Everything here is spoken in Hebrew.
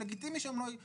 ולגיטימי שהם עכשיו,